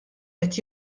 qed